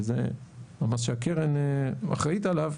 שזה המס שהקרן אחראית עליו,